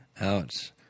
Ouch